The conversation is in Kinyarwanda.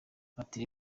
ati